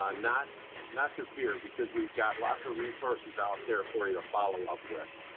ah not not to fear because we've got lots of resources out there for you to follow up with.